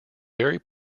very